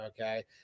Okay